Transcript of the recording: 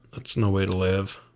that's no way to live.